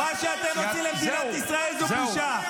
מה שאתם עושים למדינת ישראל זאת בושה.